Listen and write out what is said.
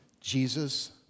Jesus